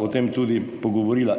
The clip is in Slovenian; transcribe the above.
o tem tudi pogovorila.